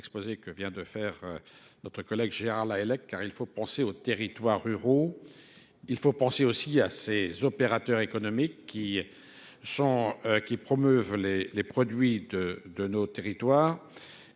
l'exposé que vient de faire notre collègue Gérard Lahellec, car il faut penser aux territoires ruraux, il faut penser aussi à ces opérateurs économiques qui sont qui promeuvent les produits de nos territoires